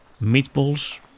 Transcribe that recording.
meatballs